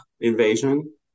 invasion